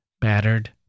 battered